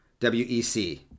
WEC